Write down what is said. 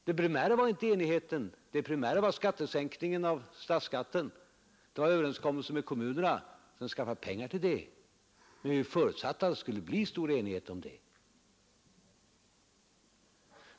Det primära var dock inte enigheten utan sänkningen av statsskatten och överenskommelsen med kommunerna, och vi förutsatte att det skulle bli stor enighet om att skaffa fram pengar till detta.